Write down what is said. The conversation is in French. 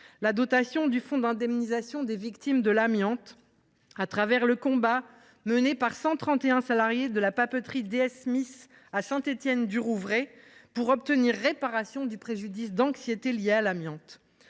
la dotation du fonds d’indemnisation des victimes de l’amiante (Fiva), au travers du combat mené par 131 salariés de la papeterie DS Smith, à Saint Étienne du Rouvray, pour obtenir réparation du préjudice d’anxiété liée à l’amiante.